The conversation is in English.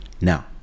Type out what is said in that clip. Now